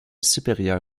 supérieure